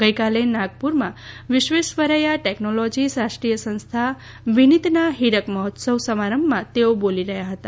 ગઈકાલે નાગપુરમાં વિશ્વેશ્વરૈયા ટેકનોલોજી રાષ્ટ્રીય સંસ્થા વિનિતના હિરક મહોત્સવ સમારંભમાં તેઓ બોલી રહ્યા હતા